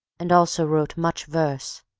and also wrote much verse.